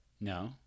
No